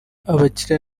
abakire